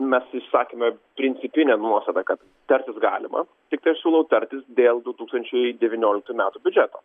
mes išsakėme principinę nuostatą kad tartis galima tiktai aš siūlau tartis dėl du tūkstančiai devynioliktųjų metų biudžeto